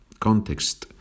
...context